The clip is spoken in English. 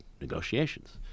negotiations